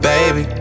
Baby